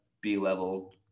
b-level